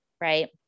right